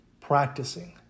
practicing